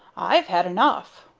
i've had enough.